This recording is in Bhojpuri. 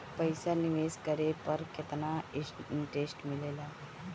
पईसा निवेश करे पर केतना इंटरेस्ट मिलेला?